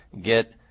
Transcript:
get